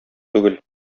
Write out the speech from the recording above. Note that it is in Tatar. түгел